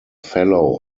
fellow